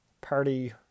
party